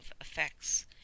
effects